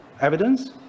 evidence